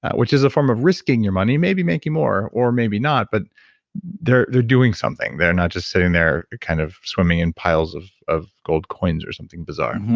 which is a form of risking your money. maybe making more, or maybe not, but they're they're doing something. they're not just sitting there kind of swimming in piles of of gold coins or something bizarre.